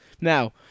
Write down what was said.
Now